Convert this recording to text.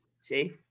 See